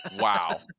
Wow